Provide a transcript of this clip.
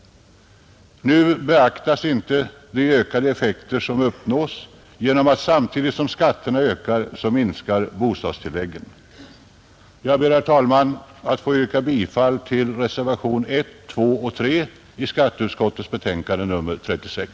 Nu beaktas inte de ökade effekter som uppnås genom att samtidigt som skatterna ökar så minskar bostadstilläggen. Jag ber, herr talman, att få yrka bifall till reservationerna 1, 2 och 3 vid skatteutskottets betänkande nr 36.